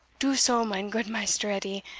do so, mine goot maister edie,